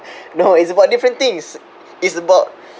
no it's about different things it's about